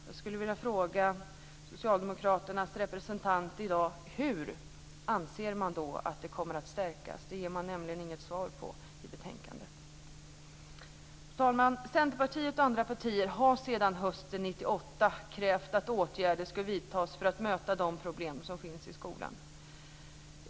Jag skulle vilja fråga socialdemokraternas representant i dag: Hur anser man då att de kommer att stärkas? Det ger man nämligen inget svar på i betänkandet. Fru talman! Centerpartiet och andra partier har sedan hösten 1998 krävt att åtgärder ska vidtas för att möta de problem som finns i skolan.